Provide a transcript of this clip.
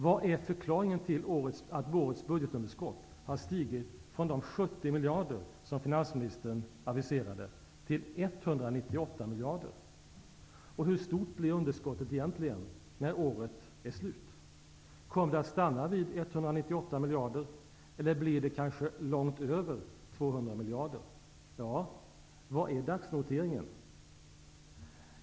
Vad är förklaringen till att årets budgetunderskott har stigit från de 70 miljarder, som finansministern aviserade, till 198 miljarder? Och hur stort blir budgetunderskottet egentligen när året är slut? Kommer det att stanna vid 198 miljarder kronor, eller blir det långt över 200 miljarder? Vad är dagsnoteringen?